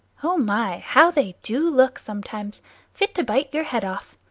oh my! how they do look sometimes fit to bite your head off!